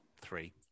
Three